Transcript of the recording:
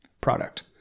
product